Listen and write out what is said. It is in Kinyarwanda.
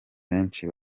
benshi